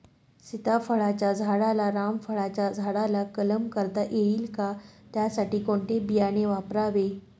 सीताफळाच्या झाडाला रामफळाच्या झाडाचा कलम करता येईल का, त्यासाठी कोणते बियाणे वापरावे?